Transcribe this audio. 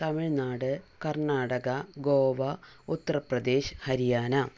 Tamil Nadu Karnataka Goa Uttar Pradesh Haryana